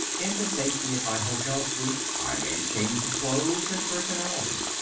in the safety of my hotel suite i made a change of clothes and personality.